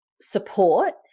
support